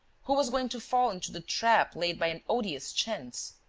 who was going to fall into the trap laid by an odious chance?